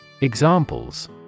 Examples